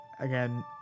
Again